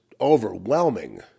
overwhelming